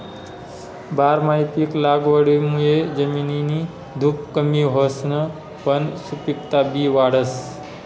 बारमाही पिक लागवडमुये जमिननी धुप कमी व्हसच पन सुपिकता बी वाढस